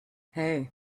hey